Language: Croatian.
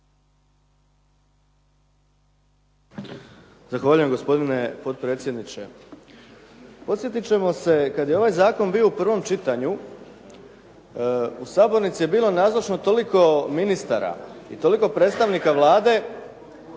Zahvaljujem gospodine potpredsjedniče. Podsjetit ćemo se kad je ovaj zakon bio u prvom čitanju u sabornici je bilo nazočno toliko ministara i toliko predstavnika Vlade